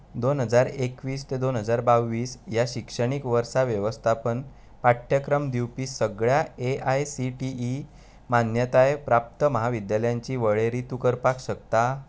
दोन हजार एकवीस ते दोन हजार बावीस ह्या शिक्षणीक वर्सा वेवस्थापन पाठ्यक्रम दिवपी सगळ्या A I C T E मान्यताय प्राप्त म्हाविद्यालयांची वळेरी तूं करपाक शकता